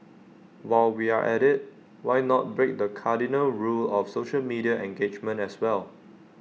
while we are at IT why not break the cardinal rule of social media engagement as well